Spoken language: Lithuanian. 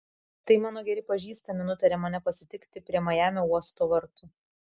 tai mano geri pažįstami nutarė mane pasitikti prie majamio uosto vartų